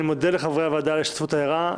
אני מודה לחברי הוועדה על ההשתתפות הערה.